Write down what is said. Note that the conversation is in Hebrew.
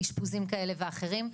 לאשפוזים כאלה ואחרים.